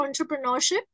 entrepreneurship